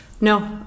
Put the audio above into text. No